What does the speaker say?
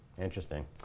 Interesting